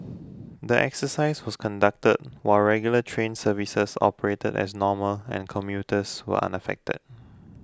the exercise was conducted while regular train services operated as normal and commuters were unaffected